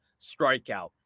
strikeout